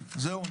זהו.